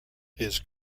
his